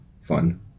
fun